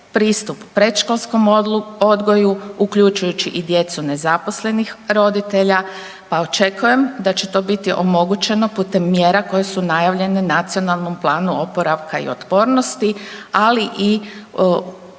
pristup predškolskom odgoju, uključujući i djecu nezaposlenih roditelja pa očekujem da će to biti omogućeno putem mjera koje su najavljene u Nacionalnom planu oporavka i otpornosti, ali i u najavi